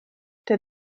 der